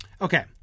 Okay